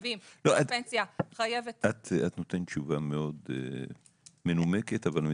שקרן הפנסיה חייבת --- את נותנת תשובה מאוד מנומקת אבל מטושטשת.